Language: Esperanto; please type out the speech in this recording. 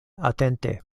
atente